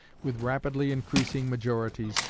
with rapidly increasing majorities,